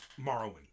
Morrowind